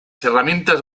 herramientas